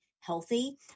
healthy